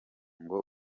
ngo